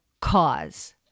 cause